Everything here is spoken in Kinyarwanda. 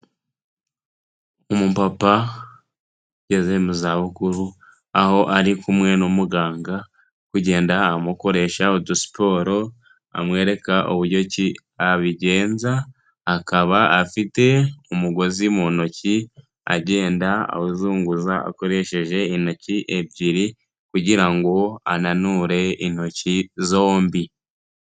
Umupapa ugeze mu zabukuru, aho ari kumwe n'umuganga uri kugenda amukoresha udusiporo; amwereka uburyo ki abigenza, akaba afite umugozi mu ntoki agenda awuzunguza akoresheje intoki ebyiri kugira ngo ananure intoki zombi.